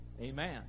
Amen